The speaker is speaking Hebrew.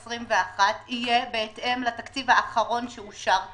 2021 יהיה בהתאם לתקציב האחרון שאושר כאן,